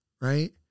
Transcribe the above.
right